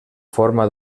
forma